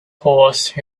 horse